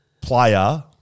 player